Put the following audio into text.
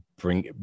bring